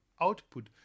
output